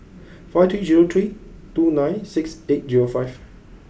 five three zero three two nine six eight zero five